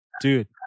Dude